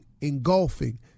engulfing